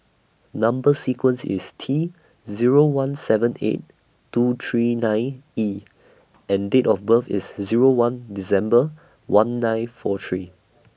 Number sequence IS T Zero one seven eight two three nine E and Date of birth IS Zero one December one nine four three